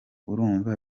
urumva